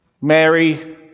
Mary